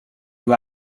you